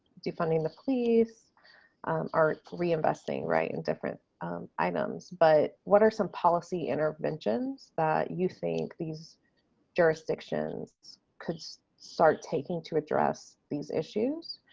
defunding the police are reinvesting right in different items but what are some policy interventions that you think these jurisdictions could start taking to address these issues.